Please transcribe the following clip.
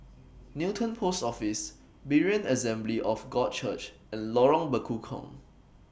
Newton Post Office Berean Assembly of God Church and Lorong Bekukong